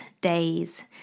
days